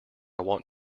want